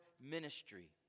ministry